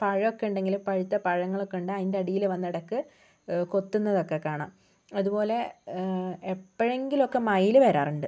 പഴമൊക്കെ ഉണ്ടെങ്കിൽ പഴുത്ത പഴങ്ങളെ കണ്ടാൽ അതിൻ്റെ അടിയിൽ വന്നിടയ്ക്ക് കൊത്തുന്നതൊക്കെ കാണാം അതുപോലെ എപ്പോഴെങ്കിലൊക്കെ മയിൽ വരാറുണ്ട്